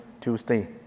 Tuesday